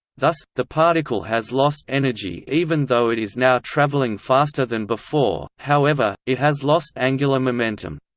thus, the particle has lost energy even though it is now travelling faster than before however, it has lost angular momentum.